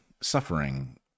suffering